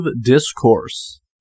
discourse